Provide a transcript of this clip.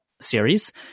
series